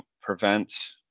prevent